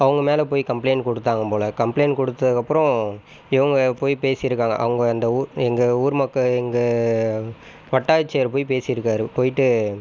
அவங்க மேலே போய் கம்ப்ளைண்ட் கொடுத்தாங்க போல் கம்ப்ளைண்ட் கொடுத்ததுக்கு அப்புறம் இவங்க போய் பேசியிருக்காங்க அவங்க அந்த ஊர் எங்கள் ஊர் மக்கள் எங்கள் வட்டாட்சியர் போய் பேசிருக்கார் போய்ட்டு